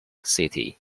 city